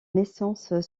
naissances